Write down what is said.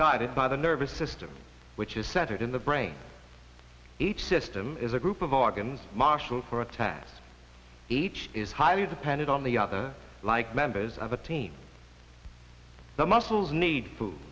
guided by the nervous system which is set in the brain each system is a group of organs martial for attack each is highly dependent on the other like members of a team the muscles need food